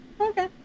Okay